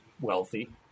wealthy